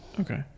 okay